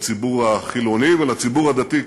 לציבור החילוני ולציבור הדתי כאחד.